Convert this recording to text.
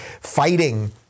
Fighting